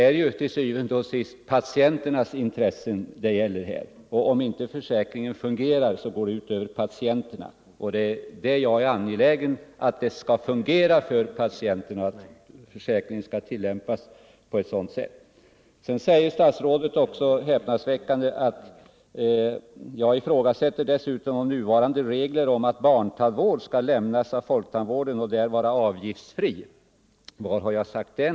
Det är til syvende og sidst patienternas intressen det gäller. Om inte försäkringen fungerar går det ut över patienterna. Jag är angelägen om att försäkringen skall tillämpas på sådant sätt att den fungerar för patienterna. Statsrådet påstår häpnadsväckande att jag dessutom ifrågasätter nuvarande regler om att barntandvård skall lämnas av folktandvården och där vara avgiftsfri. Var har jag sagt det?